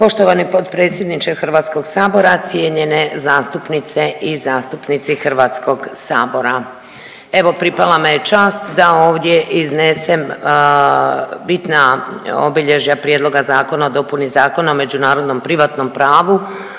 Poštovani potpredsjedniče Hrvatskog sabora, cijenjene zastupnice i zastupnici Hrvatskog sabora, evo pripala me je čast da ovdje iznesem bitna obilježja Prijedloga Zakona o dopuni Zakona o međunarodnom privatnom pravu